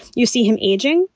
you see him aging,